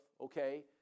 okay